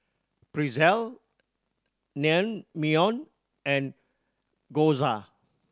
Pretzel Naengmyeon and Gyoza